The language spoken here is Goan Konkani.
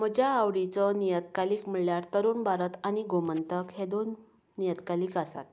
म्हज्या आवडीचो नियतकालीक म्हळ्यार तरूण भारत आनी गोमन्तक हे दोन नियतकालीक आसात